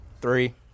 three